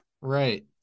Right